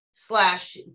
slash